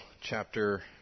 chapter